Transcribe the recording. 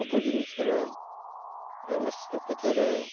ସବୁ ଜିନିଷର ଆବଶ୍ୟକତାର